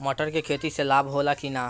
मटर के खेती से लाभ होला कि न?